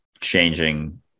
changing